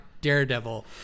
daredevil